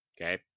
okay